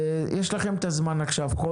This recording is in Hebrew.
ויש לכם את הזמן עכשיו כרגולטורים,